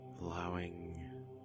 allowing